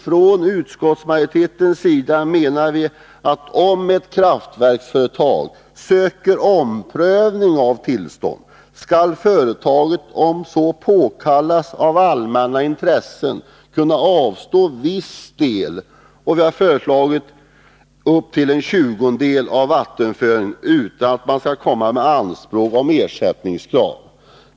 Från utskottsmajoritetens sida menar vi att om ett kraftverksföretag söker omprövning av tillstånd skall företaget, om så påkallas av allmänna intressen, avstå viss del — upp till 1/20 — av vattenföringen utan att göra anspråk på ersättning.